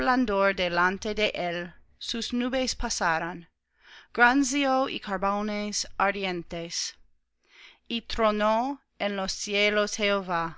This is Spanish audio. delante de él sus nubes pasaron granizo y carbones ardientes y tronó en los cielos